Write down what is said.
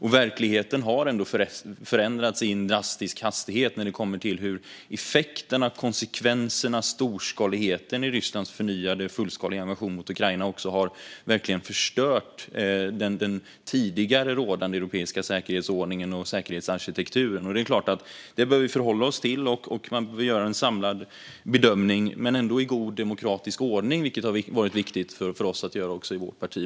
Verkligheten har ändå förändrats i en drastisk hastighet när det kommer till hur effekterna och konsekvenserna av Rysslands förnyade fullskaliga invasion av Ukraina verkligen har förstört den tidigare rådande europeiska säkerhetsordningen och säkerhetsarkitekturen. Detta behöver vi naturligtvis förhålla oss till. Man får göra en samlad bedömning - men ändå i god demokratisk ordning, vilket har varit viktigt också för oss i vårt parti.